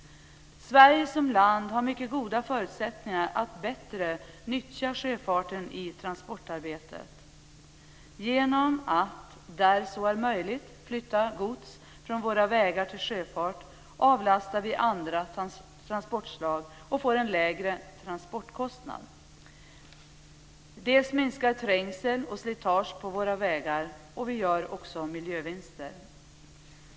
Sverige som land har mycket goda förutsättningar att bättre nyttja sjöfarten i transportarbetet. Genom att, där så är möjligt, flytta gods från våra vägar till sjöfart avlastar vi andra transportslag och får en lägre transportkostnad. Det minskar trängsel och slitage på våra vägar, och vi gör miljövinster.